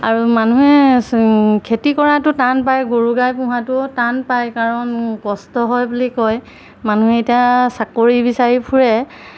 আৰু মানুহে খেতি কৰাটো টান পায় গৰু গাই পোহাটোও টান পায় কাৰণ কষ্ট হয় বুলি কয় মানুহে এতিয়া চাকৰি বিচাৰি ফুৰে